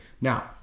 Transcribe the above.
Now